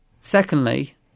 Secondly